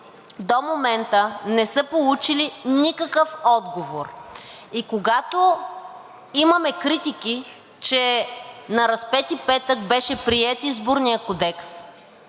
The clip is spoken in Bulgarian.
до момента не са получили никакъв отговор и когато имаме критики, че на Разпети петък през нощта беше приет Изборният кодекс